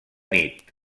nit